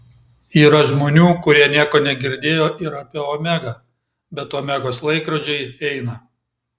yra žmonių kurie nieko negirdėjo ir apie omegą bet omegos laikrodžiai eina